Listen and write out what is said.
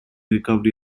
recovery